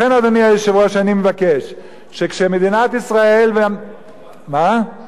לכן, אדוני היושב-ראש, אני מבקש, למה לא